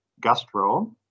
Gastro